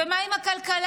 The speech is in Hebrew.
ומה עם הכלכלה?